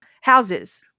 houses